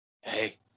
Hey